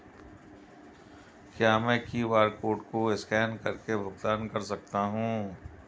क्या मैं QR code को स्कैन करके भुगतान कर सकता हूं?